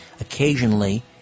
occasionally